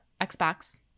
xbox